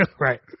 Right